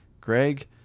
Greg